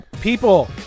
People